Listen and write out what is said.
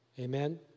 Amen